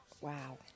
Wow